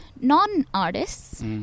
non-artists